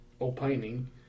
opining